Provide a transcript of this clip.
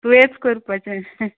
तुवेंच करपाचें